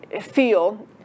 feel